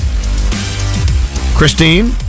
Christine